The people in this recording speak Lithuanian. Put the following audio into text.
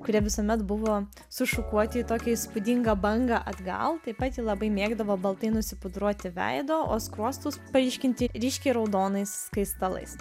kurie visuomet buvo sušukuoti į tokią įspūdingą bangą atgal taip pat ji labai mėgdavo baltai nusipudruoti veido o skruostus paryškinti ryškiai raudonais skaistalais